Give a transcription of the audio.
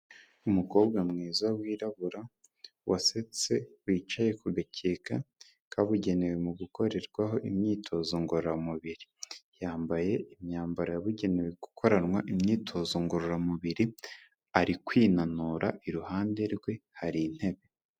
Umukobwa mwiza wirabura wasetse wicaye ku gakeka kabugenewe mu gukorerwaho imyitozo ngororamubiri. Yambaye imyambaro yabugenewe gukoranwa imyitozo ngororamubiri, ari kwinanura iruhande rwe hari intebe